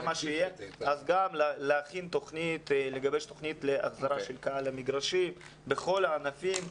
צריך לגבש תכנית של החזרה של הקהל למגרשים בכל הענפים.